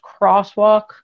crosswalk